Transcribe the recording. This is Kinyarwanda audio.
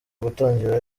gutangira